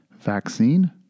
vaccine